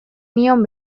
nion